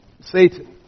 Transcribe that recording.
Satan